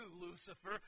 Lucifer